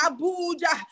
Abuja